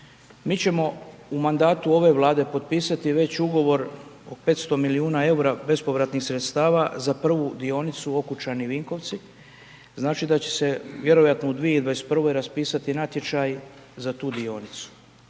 Mi ćemo u mandatu ove Vlade potpisati već ugovor o 500 milijuna eura bespovratnih sredstava za prvu dionicu Okučani-Vinkovci. Znači da će se vjerojatno 2021. raspisati natječaj za tu dionicu.